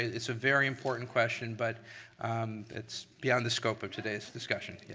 it's a very important question. but it's beyond the scope of today's discussion. yeah.